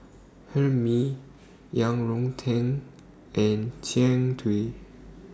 Hae Mee Yang Rou Tang and Jian Dui